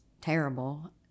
terrible